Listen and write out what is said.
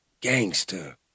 Gangster